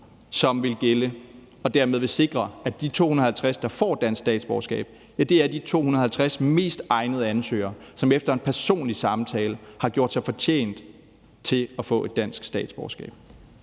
som vil gælde, så man dermed vil sikre, at de 250, der får dansk statsborgerskab, er de 250 mest egnede ansøgere, som efter en personlig samtale har gjort sig fortjent til at få et dansk statsborgerskab.